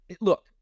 Look